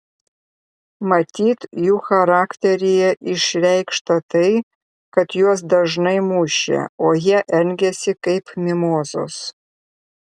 matyt jų charakteryje išreikšta tai kad juos dažnai mušė o jie elgėsi kaip mimozos